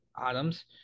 atoms